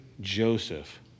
Joseph